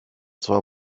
zwar